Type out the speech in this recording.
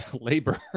labor